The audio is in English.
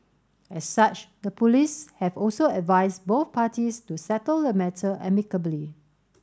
as such the police have also advised both parties to settle the matter amicably